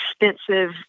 expensive